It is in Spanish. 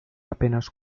apenas